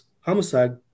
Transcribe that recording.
homicide